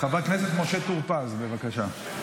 חבר הכנסת משה טור פז, בבקשה.